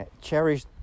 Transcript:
Cherish